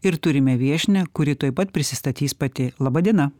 ir turime viešnią kuri tuoj pat prisistatys pati laba diena